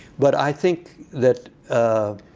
but i think that